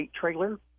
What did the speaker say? trailer